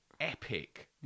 epic